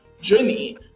journey